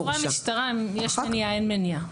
אישורי משטרה הם: יש מניעה / אין מניעה.